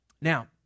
Now